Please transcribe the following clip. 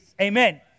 Amen